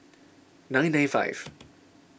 nine nine five